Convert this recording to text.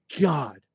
God